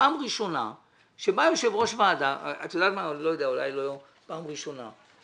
פעם ראשונה שבא יושב-ראש ועדה אולי לא פעם ראשונה,